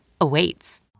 awaits